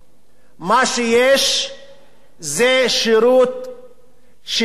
מה שיש זה שירות שידור,